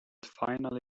finally